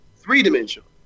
three-dimensional